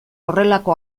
horrelako